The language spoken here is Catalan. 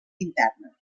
interna